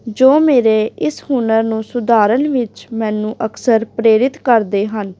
ਜੋ ਮੇਰੇ ਇਸ ਹੁਨਰ ਨੂੰ ਸੁਧਾਰਨ ਵਿੱਚ ਮੈਨੂੰ ਅਕਸਰ ਪ੍ਰੇਰਿਤ ਕਰਦੇ ਹਨ